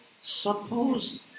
suppose